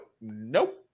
nope